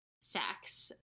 sex